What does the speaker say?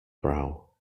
brow